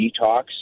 detox